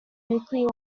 nuclear